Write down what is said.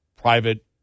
private